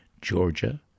Georgia